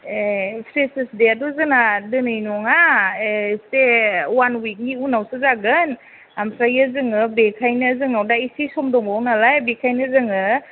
ए फ्रेसार्स देयाथ' जोंना दिनै नङा ए इसे वान उइखनि उनावसो जागोन ओमफ्रायो जोङो बेखायनो जोंनाव दा इसे सम दंबावयो नालाय बेखायनो जोङो